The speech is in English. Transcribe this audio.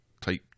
type